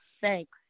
Thanks